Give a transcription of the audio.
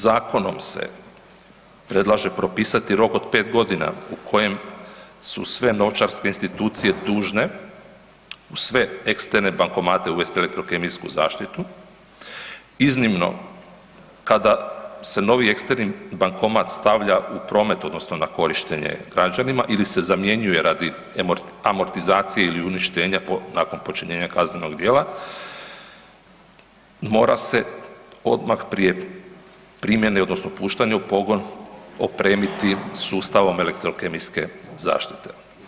Zakonom se predlaže propisati rok od pet godina u kojem su sve novčarske institucije dužne u sve eksterne bankomate uvesti elektrokemijsku zaštitu i iznimno kada se novi eksterni bankomat stavlja u promet odnosno na korištenje građanima ili se zamjenjuje radi amortizacije ili uništenja nakon počinjenja kaznenog djela, mora se odmah prije primjene odnosno puštanju u pogon opremiti sustavom elektrokemijske zaštite.